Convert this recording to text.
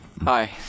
Hi